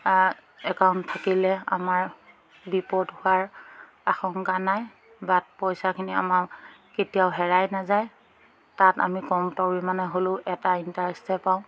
বা একাউণ্ট থাকিলে আমাৰ বিপদ হোৱাৰ আশংকা নাই বাদ পইচাখিনি আমাৰ কেতিয়াও হেৰাই নাযায় তাত আমি কম পৰিমাণে হ'লেও এটা ইণ্টাৰেষ্টে পাওঁ